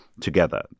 together